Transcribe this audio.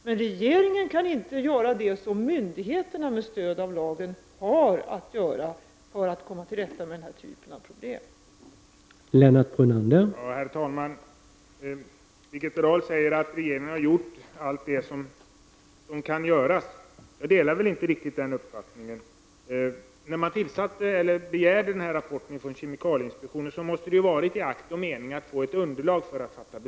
Men regeringen kan inte göra det som myndigheterna med stöd av lagen har att göra för att komma till rätta med den här typen av problem.